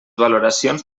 valoracions